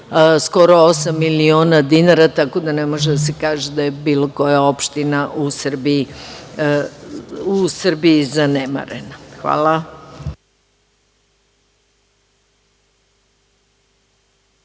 skoro osam miliona dinara, tako da ne može da se kaže da je bilo koja opština u Srbiji zanemarena. Hvala.